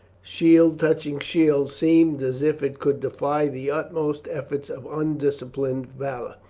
shield touching shield, seemed as if it could defy the utmost efforts of undisciplined valour.